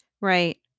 Right